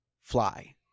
fly